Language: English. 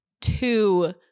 two